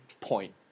point